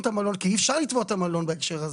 את המלון כי אי אפשר לתבוע את המלון בהקשר הזה.